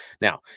Now